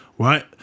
Right